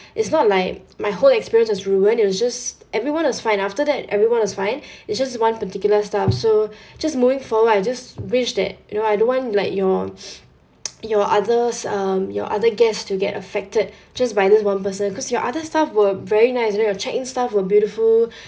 it's not like my whole experience was ruined it was just everyone was fine after that everyone was fine it's just one particular staff so just moving forward I just wish that you know I don't want like your your others um your other guests to get affected just by this one person cause your other staff were very nice you know your check in staff were beautiful